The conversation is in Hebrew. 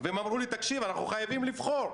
והם אמרו לי, אנחנו חייבים לבחור.